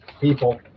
People